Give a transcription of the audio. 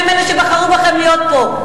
הם אלה שבחרו בכם להיות פה.